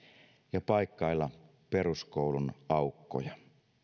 ja paikkailla peruskoulun aukkoja